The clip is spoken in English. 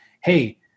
Hey